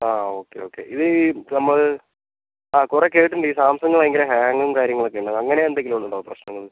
ആ okay okay ഇത് ഈ നമ്മൾ ആ കുറെ കേട്ടിട്ടുണ്ട് ഈ സാംസങ് ഭയങ്കര ഹാങ്ങും കാര്യങ്ങളൊക്കെയുണ്ടെന്നു അങ്ങനെ എന്തെങ്കിലും ഉണ്ടോ പ്രശ്നങ്ങൾ